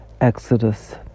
Exodus